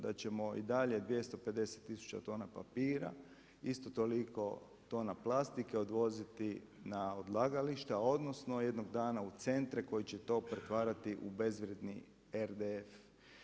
Da ćemo i dalje 250000 tona papira isto toliko tona plastike odvoziti na odlagalište, odnosno jednog dana u centre koji će to pretvarati u bezvrijedni RDF.